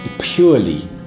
purely